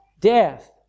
Death